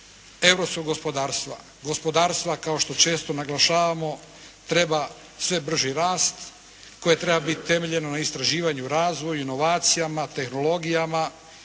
europskog gospodarstva, gospodarstva kao što često naglašavamo treba sve brži rast koje treba biti temeljeno na istraživanju, razvoju, inovacijama, tehnologijama